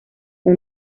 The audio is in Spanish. fue